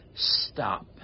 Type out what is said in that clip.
stop